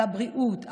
על הבריאות,